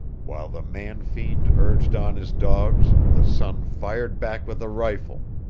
while the man-fiend urged on his dogs the son fired back with a rifle,